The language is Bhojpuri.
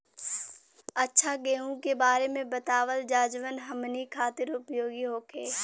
अच्छा गेहूँ के बारे में बतावल जाजवन हमनी ख़ातिर उपयोगी होखे?